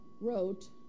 wrote